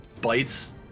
bites